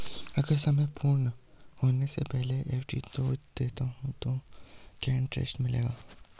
अगर समय पूर्ण होने से पहले एफ.डी तोड़ देता हूँ तो क्या इंट्रेस्ट मिलेगा?